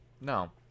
No